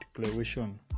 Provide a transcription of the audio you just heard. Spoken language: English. declaration